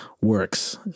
works